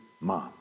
mom